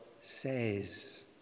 says